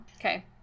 Okay